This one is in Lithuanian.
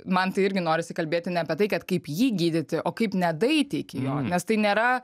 man tai irgi norisi kalbėti ne apie tai kad kaip jį gydyti o kaip nedaeiti iki jo nes tai nėra